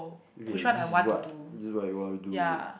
okay this is what this is what you want to do